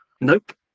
Nope